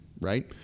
right